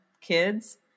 kids